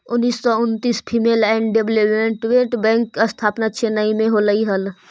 उन्नीस सौ उन्नितिस फीमेल एंड डेवलपमेंट बैंक के स्थापना चेन्नई में होलइ हल